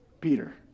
Peter